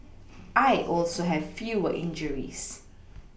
I also have fewer injuries